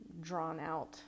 drawn-out